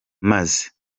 maze